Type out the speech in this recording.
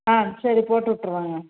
ஆ சரி போட்டு விட்டுறோங்க